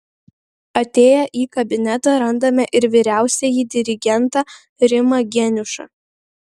atėję į kabinetą randame ir vyriausiąjį dirigentą rimą geniušą